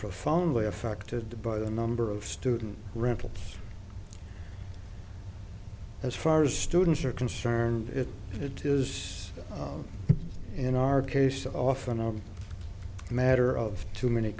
profoundly affected by the number of student rentals as far as students are concerned if it is in our case often a matter of too many